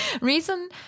reason